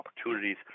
opportunities